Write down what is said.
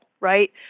right